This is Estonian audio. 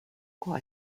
koha